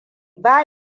ba